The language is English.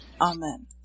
Amen